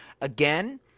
Again